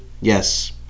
yes